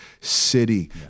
city